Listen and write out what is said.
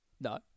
No